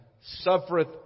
suffereth